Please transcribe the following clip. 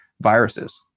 viruses